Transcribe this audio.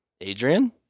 Adrian